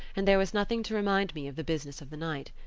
and there was nothing to remind me of the business of the night.